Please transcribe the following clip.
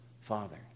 Father